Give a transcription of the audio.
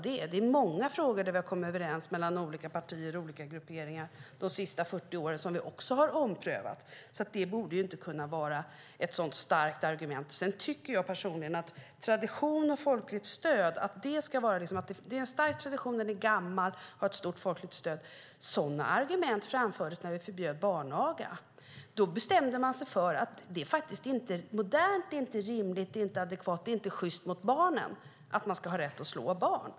Det är många frågor som vi har kommit överens om mellan olika partier och olika grupperingar de senaste 40 åren som vi också har omprövat, så det borde inte vara ett så starkt argument. Argumentet är att det är en gammal och stark tradition, som har ett starkt folkligt stöd. Sådana argument framfördes när vi förbjöd barnaga. Då bestämde man sig för att det inte är modernt, inte är rimligt, inte är adekvat, inte är sjyst mot barnen att man ska ha rätt att slå barn.